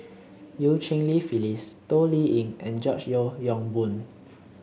Eu Cheng Li Phyllis Toh Liying and George Yeo Yong Boon